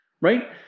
right